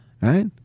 Right